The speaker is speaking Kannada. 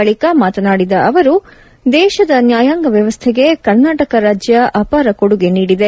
ಬಳಕ ಮಾತನಾಡಿದ ಅವರು ದೇಶದ ನ್ವಾಯಾಂಗ ವ್ಯವಸ್ಥೆಗೆ ಕರ್ನಾಟಕ ರಾಜ್ಯ ಅಪಾರ ಕೊಡುಗೆ ನೀಡಿದೆ